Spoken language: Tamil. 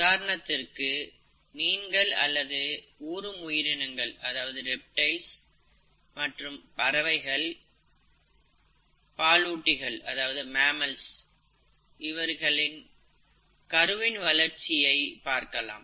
உதாரணத்திற்கு மீன்கள் அல்லது ஊறும் உயிரினங்கள் மற்றும் பறவைகள் பாலூட்டிகளின் கருவின் வளர்ச்சியை பார்க்கலாம்